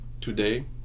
today